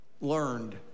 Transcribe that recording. learned